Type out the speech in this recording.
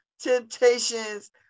Temptations